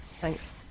Thanks